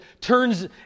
turns